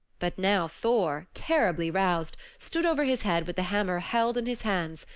but now thor, terribly roused, stood over his head with the hammer held in his hands.